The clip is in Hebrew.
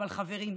אבל חברים,